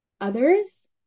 others